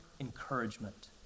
encouragement